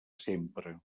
sempre